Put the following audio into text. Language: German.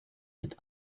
mit